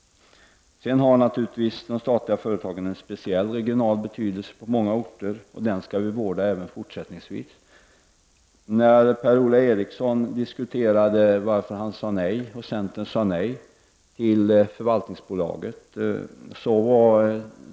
Sedan har naturligtvis de statliga företagen en speciell regional betydelse på många orter. Den skall vi vårda även fortsättningsvis. Per-Ola Eriksson diskuterade varför centern sade nej till förvaltningsbolaget.